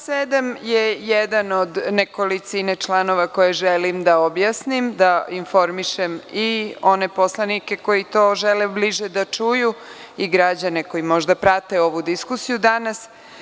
Član 7. je jedan od nekolicine članova koje želim da objasnim, da informišem i one poslanike koji to žele bliže da čuju i građane koji možda prate ovu diskusiju danas.